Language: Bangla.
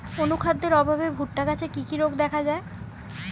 অনুখাদ্যের অভাবে ভুট্টা গাছে কি কি রোগ দেখা যায়?